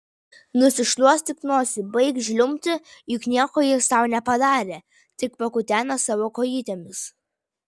nusišluostyk nosį baik žliumbti juk nieko jis tau nepadarė tik pakuteno savo kojytėmis